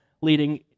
leading